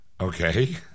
Okay